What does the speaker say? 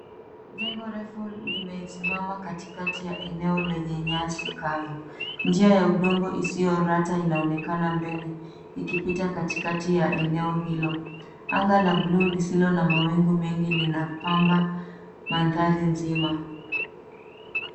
Jengo refu limesimama katikati ya eneo lenye nyasi kavu. Njia ya udongo isiyo rata inaonekana mbele ikipita katikati ya eneo hilo. Anga la buluu lisilo na mawingu mengi linapamba mandhari nzima.